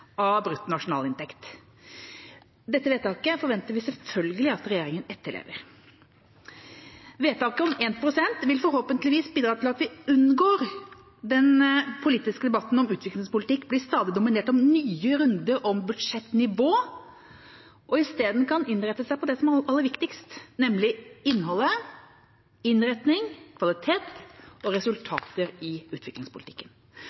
av bruttonasjonalinntekten. Dette vedtaket forventer vi selvfølgelig at regjeringa etterlever. Vedtaket om 1 pst. vil forhåpentligvis bidra til at vi unngår at den politiske debatten om utviklingspolitikk stadig blir dominert av nye runder om budsjettnivå, og isteden kan innrette seg på det som er aller viktigst, nemlig innholdet, innretning, kvalitet og